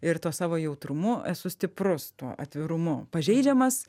ir tuo savo jautrumu esu stiprus tuo atvirumu pažeidžiamas